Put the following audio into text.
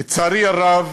לצערי הרב,